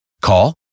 Call